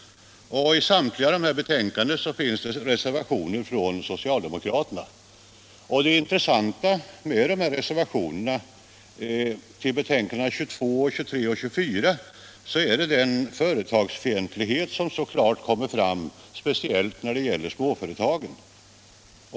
I samtliga dessa betänkanden finns det reservationer från socialdemokraterna. Det intressanta med dessa reservationer till betänkandena 22, 23 och 24 är den företagsfientlighet som så klart kommer fram, speciellt när det gäller småföretagen.